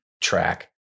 track